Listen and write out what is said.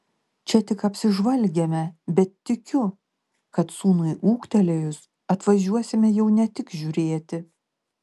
čia tik apsižvalgėme bet tikiu kad sūnui ūgtelėjus atvažiuosime jau ne tik žiūrėti